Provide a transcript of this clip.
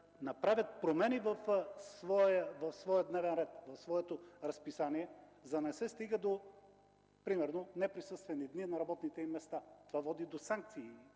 направят промени в своя дневен ред, в своето разписание, за да не се стига до, примерно, неприсъствени дни на работните им места. Това води до санкции